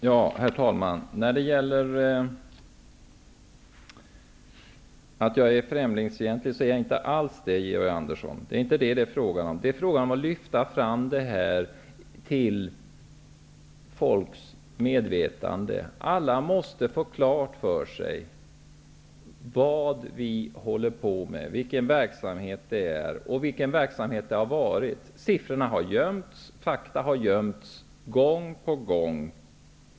Herr talman! Jag är inte alls främlingsfientlig, Georg Andersson. Det är inte det det är fråga om. Det är fråga om att lyfta fram detta till folks medvetande. Alla måste få klart för sig vad vi håller på med, vilken verksamhet det rör sig om och vilken verksamhet det har varit. Siffrorna har gömts, fakta har gömts gång på gång.